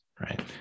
right